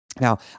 Now